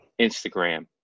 Instagram